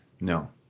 No